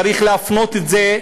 צריך להפנות את זה,